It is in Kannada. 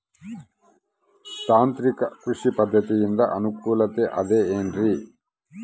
ತಾಂತ್ರಿಕ ಕೃಷಿ ಪದ್ಧತಿಯಿಂದ ಅನುಕೂಲತೆ ಅದ ಏನ್ರಿ?